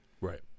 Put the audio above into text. right